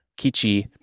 Kichi